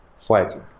fighting